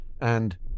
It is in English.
And—